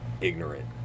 ignorant